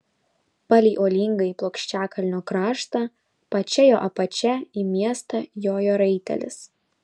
palei uolingąjį plokščiakalnio kraštą pačia jo apačia į miestą jojo raitelis